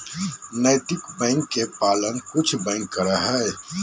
नैतिक बैंक के पालन कुछ बैंक करो हइ